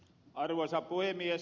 arvoisa puhemies